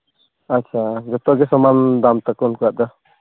ᱟᱪᱪᱷᱟ ᱡᱚᱛᱚᱜᱮ ᱥᱚᱢᱟᱱ ᱫᱟᱢ ᱛᱟᱠᱚ ᱩᱱᱠᱩᱣᱟᱜ ᱫᱚ